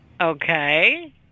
okay